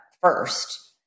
first